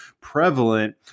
prevalent